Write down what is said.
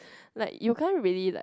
like you can't really like